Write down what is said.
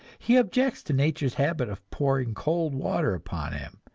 he objects to nature's habit of pouring cold water upon him,